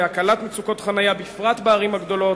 להקלת מצוקות חנייה בפרט בערים הגדולות,